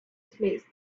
smiths